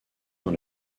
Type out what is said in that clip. dans